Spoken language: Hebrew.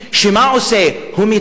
ומה הוא עושה בה?